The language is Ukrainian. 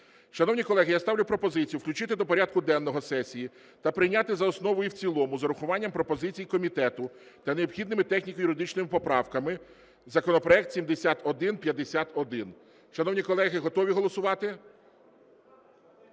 Шановні колеги, я ставлю пропозицію включити до порядку денного сесії та прийняти за основу і в цілому з урахуванням пропозицій комітету та необхідними техніко-юридичними поправками законопроект 7151. Шановні колеги, готові голосувати?